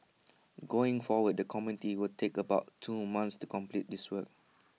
going forward the committee will take about two months to complete this work